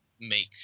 make